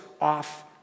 off